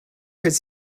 could